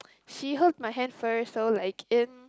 she hold my hand first so like in